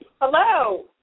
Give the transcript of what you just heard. Hello